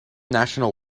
national